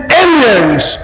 aliens